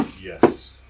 Yes